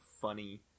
funny